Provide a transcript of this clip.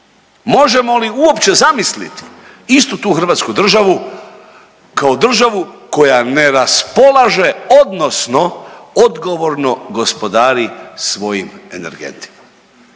možemo li uopće zamisliti istu tu Hrvatsku državu kao državu koja ne raspolaže odnosno odgovorno gospodari svojim energentima.